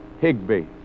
Higby